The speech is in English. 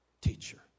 teacher